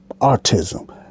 autism